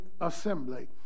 assembly